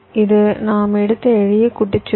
இது நாம் எடுத்த எளிய கூட்டு சுற்று